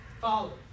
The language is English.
Follow